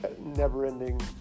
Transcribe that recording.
never-ending